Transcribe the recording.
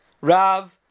rav